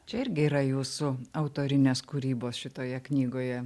čia irgi yra jūsų autorinės kūrybos šitoje knygoje